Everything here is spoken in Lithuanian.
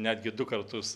netgi du kartus